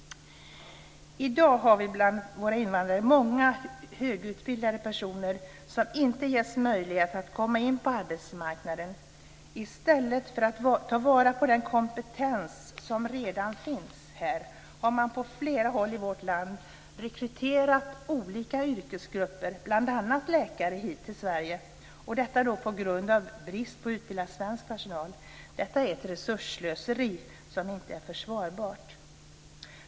I dag har vi bland våra invandrare många högutbildade personer som inte ges möjlighet att komma in på arbetsmarknaden. I stället för att ta vara på den kompetens som redan finns här har man på flera håll i vårt land rekryterat olika yrkesgrupper, bl.a. läkare, hit till Sverige på grund av brist på utbildad svensk personal. Detta är ett resursslöseri som inte är försvarbart.